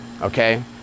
okay